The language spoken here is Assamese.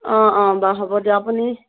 অ অ বাৰু হ'ব দিয়ক আপুনি